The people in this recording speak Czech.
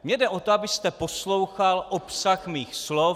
Mně jde o to, abyste poslouchal obsah mých slov.